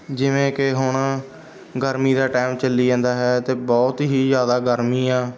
ਜਿਵੇਂ ਕਿ ਹੁਣ ਗਰਮੀ ਦਾ ਟਾਈਮ ਚੱਲੀ ਜਾਂਦਾ ਹੈ ਅਤੇ ਬਹੁਤ ਹੀ ਜ਼ਿਆਦਾ ਗਰਮੀ ਆ